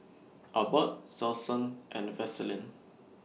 Abbott Selsun and Vaselin